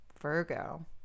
Virgo